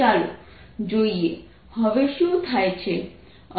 ચાલો જોઈએ હવે શું થાય છે